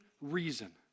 reason